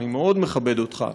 שאני מאוד מכבד אותך,